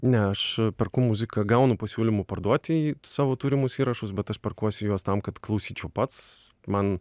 ne aš perku muziką gaunu pasiūlymų parduoti savo turimus įrašus bet aš perkuosi juos tam kad klausyčiau pats man